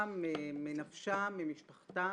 מפרנסתם, מנפשם וממשפחתם,